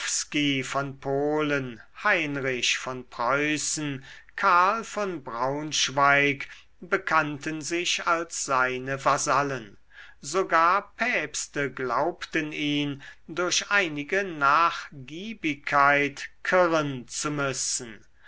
von polen heinrich von preußen karl von braunschweig bekannten sich als seine vasallen sogar päpste glaubten ihn durch einige nachgiebigkeit kirren zu müssen